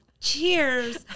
Cheers